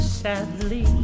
sadly